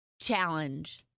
challenge